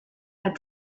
had